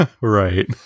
Right